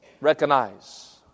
recognize